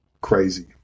crazy